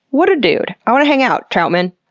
what a dude! i wanna hang out, troutman!